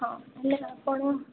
ହଁ ହେଲେ ଆପଣ